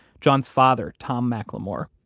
john's father, tom mclemore,